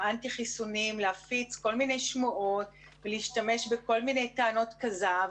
אנטי-חיסונים להפיץ כל מיני שמועות ולהשתמש בכל מיני טענות כזב,